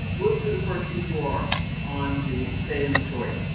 look who the first people are on the estate inventory.